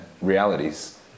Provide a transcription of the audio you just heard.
realities